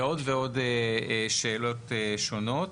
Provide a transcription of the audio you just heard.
ועוד ועוד שאלות שונות.